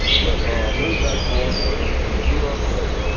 but moved back to royston and and grew up there